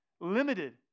Limited